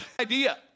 idea